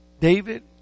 David